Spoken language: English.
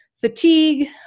fatigue